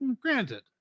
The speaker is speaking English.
Granted